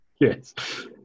Yes